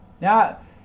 Now